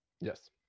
yes